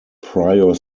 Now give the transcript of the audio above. pryor